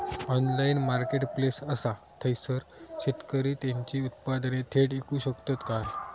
Online marketplace असा थयसर शेतकरी त्यांची उत्पादने थेट इकू शकतत काय?